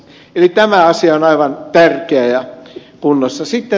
eli tämä asia on aivan tärkeä ja kunnossa